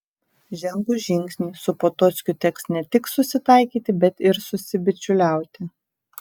žengus žingsnį su potockiu teks ne tik susitaikyti bet ir susibičiuliauti